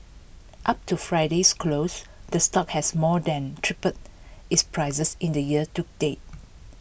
up to Friday's close the stock has more than tripled its prices in the year to date